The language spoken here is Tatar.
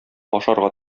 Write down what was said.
ашарга